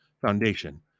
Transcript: foundation